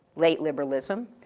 late liberalism,